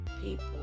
people